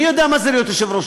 אני יודע מה זה להיות יושב-ראש,